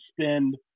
spend